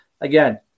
Again